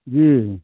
जी